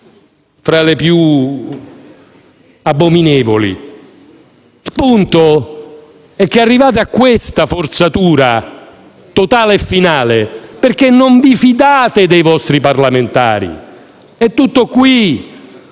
tra le più abominevoli. Il punto è che siete arrivati a questa forzatura totale e finale perché non vi fidate dei vostri parlamentari. È tutto qui.